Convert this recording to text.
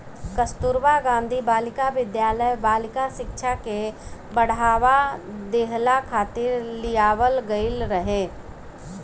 कस्तूरबा गांधी बालिका विद्यालय बालिका शिक्षा के बढ़ावा देहला खातिर लियावल गईल रहे